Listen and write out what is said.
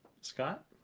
Scott